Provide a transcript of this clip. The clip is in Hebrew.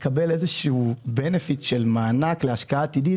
לקבל איזשהו benefit של מענק להשקעה עתידית,